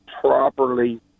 properly